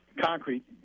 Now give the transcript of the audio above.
concrete